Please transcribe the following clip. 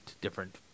different